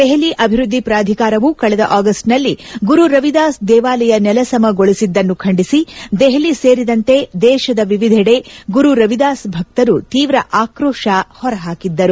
ದೆಹಲಿ ಅಭಿವೃದ್ದಿ ಪ್ರಾಧಿಕಾರವು ಕಳೆದ ಆಗಸ್ಟ್ನಲ್ಲಿ ಗುರು ರವಿದಾಸ್ ದೇವಾಲಯ ನೆಲಸಮಗೊಳಿಸಿದ್ದನ್ನು ಖಂಡಿಸಿ ದೆಹಲಿ ಸೇರಿದಂತೆ ದೇಶದ ವಿವಿಧೆಡೆ ಗುರು ರವಿದಾಸ್ ಭಕ್ತರು ತೀವ್ರ ಆಕ್ರೋಶ ಹೊರಹಾಕಿದ್ದರು